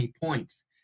points